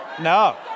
No